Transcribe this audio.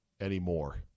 anymore